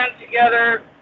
together